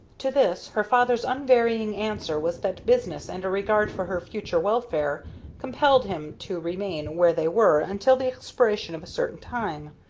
to this her father's unvarying answer was that business and a regard for her future welfare compelled him to remain where they were until the expiration of a certain time.